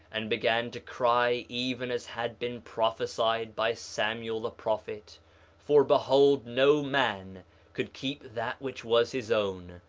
and began to cry even as had been prophesied by samuel the prophet for behold no man could keep that which was his own,